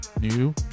new